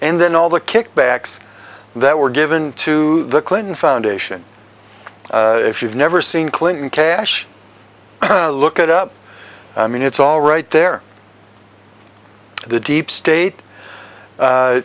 and then all the kickbacks that were given to the clinton foundation if you've never seen clinton cash look at up i mean it's all right there the deep